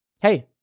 hey